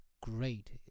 great